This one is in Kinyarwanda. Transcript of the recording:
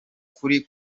kuri